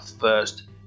first